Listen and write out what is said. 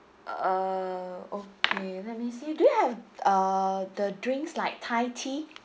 uh okay let me see do you have uh the drinks like thai tea